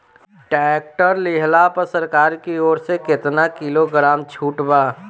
Tractor लिहला पर सरकार की ओर से केतना किलोग्राम छूट बा?